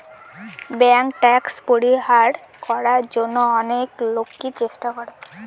bank tax পরিহার করার জন্য অনেক লোকই চেষ্টা করে